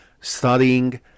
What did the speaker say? studying